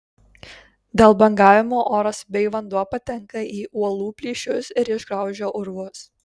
dėl bangavimo oras bei vanduo patenka į uolų plyšius ir išgraužia urvus